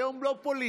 היום לא פוליטיקה.